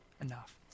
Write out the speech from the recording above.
enough